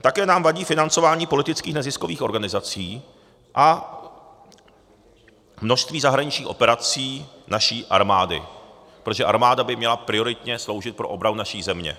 Také nám vadí financování politických neziskových organizací a množství zahraničních operací naší armády, protože armáda by měla prioritně sloužit pro obranu naší země.